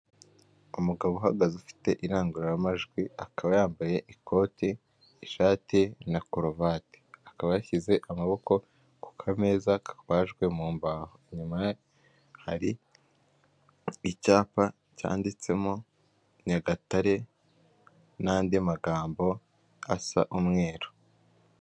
Umugabo uhagaze ufite irangururamajwi akaba yambaye ikoti, ishati na koruvati, akaba yashyize amaboko ku kameza kabajwe mu mbaho, inyuma hari icyapa cyanditsemo Nyagatare n'andi magambo asa umweru.